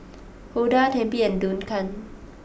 Hulda Tempie and Duncan